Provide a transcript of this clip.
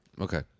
Okay